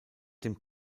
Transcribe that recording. dem